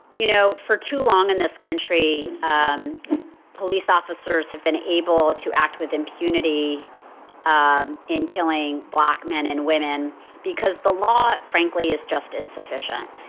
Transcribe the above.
you know, for too long in this country, um police officers have been able to act with impunity um in killing black men and women because the law, frankly, is just insufficient.